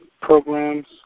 programs